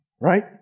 right